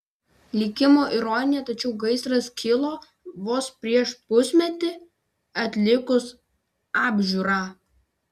likimo ironija tačiau gaisras kilo vos prieš pusmetį atlikus apžiūrą